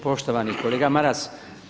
Poštovani kolega Marasa.